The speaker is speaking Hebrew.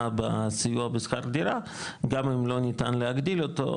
בסיוע בשכר דירה גם אם לא ניתן להגדיל אותו,